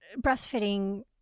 breastfeeding